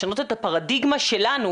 לשנות את הפרדיגמה שלנו,